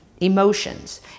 emotions